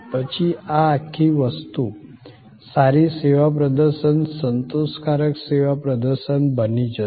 પછી આ આખી વસ્તુ સારી સેવા પ્રદર્શન સંતોષકારક સેવા પ્રદર્શન બની જશે